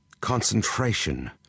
Concentration